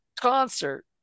concert